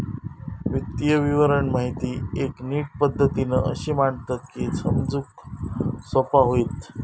वित्तीय विवरण माहिती एक नीट पद्धतीन अशी मांडतत की समजूक सोपा होईत